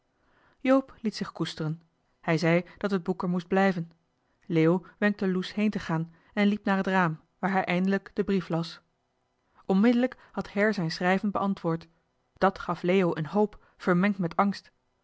joop liet zich koesteren hij zei enkel dat het boek er moest blijven leo wenkte loes heen te gaan en liep naar het raam waar hij eind'lijk den brief las onmiddellijk had her zijn schrijven beantwoord dat gaf leo een hoop vermengd met angst